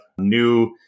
new